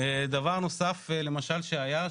דבר נוסף למשל שהיה,